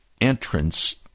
entrance